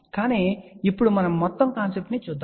కానీ ఇప్పుడు మనం మొత్తం కాన్సెప్ట్ ని చూద్దాం